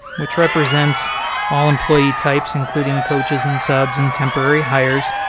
which represents all employee types, including coaches, and subs, and temporary hires,